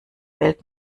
welt